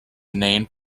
named